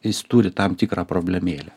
jis turi tam tikrą problemėlę